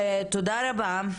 תודה רבה.